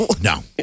No